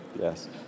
yes